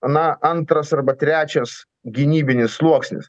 na antras arba trečias gynybinis sluoksnis